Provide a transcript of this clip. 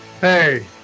Hey